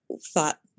thought